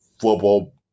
football